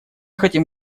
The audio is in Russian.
хотим